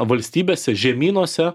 valstybėse žemynuose